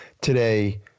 today